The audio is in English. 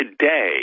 today